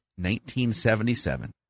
1977